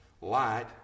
Light